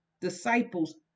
disciples